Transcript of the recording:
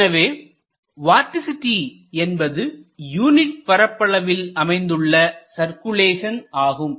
எனவே வார்டிசிட்டி என்பது யூனிட் பரப்பளவில் அமைந்துள்ள சர்குலேஷன் ஆகும்